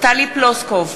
טלי פלוסקוב,